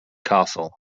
castle